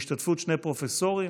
ובהשתתפות שני פרופסורים,